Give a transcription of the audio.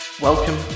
Welcome